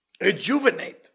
rejuvenate